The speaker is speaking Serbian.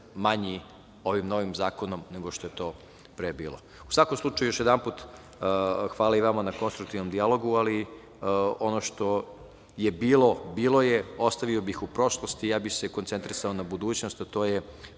manji ovim novim zakonom nego što je to pre bilo.U svakom slučaju, još jedanput hvala i vama na konstruktivnom dijalogu, ali ono što je bilo, bilo je, ostavio bih u prošlosti, ja bih se koncentrisao na budućnost, a to je